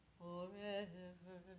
forever